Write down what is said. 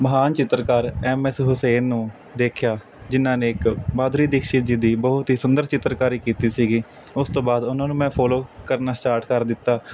ਮਹਾਨ ਚਿੱਤਰਕਾਰ M S Hussain ਨੂੰ ਦੇਖਿਆ ਜਿਨ੍ਹਾਂ ਨੇ ਇੱਕ ਮਾਧੁਰੀ ਦੀਕਸ਼ਿਤ ਜੀ ਦੀ ਬਹੁਤ ਹੀ ਸੁੰਦਰ ਚਿੱਤਰਕਾਰੀ ਕੀਤੀ ਸੀਗੀ ਉਸ ਤੋਂ ਬਾਅਦ ਉਹਨਾਂ ਨੂੰ ਮੈਂ ਫੋਲੋ ਕਰਨਾ ਸਰਾਰਟ ਕਰ ਦਿੱਤਾ